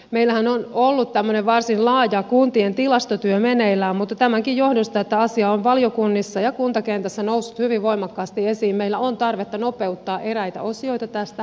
meillähän on ollut tämmöinen varsin laaja kuntien tilastotyö meneillään mutta tämänkin johdosta että asia on valiokunnissa ja kuntakentässä noussut hyvin voimakkaasti esiin meillä on tarvetta nopeuttaa eräitä osioita tästä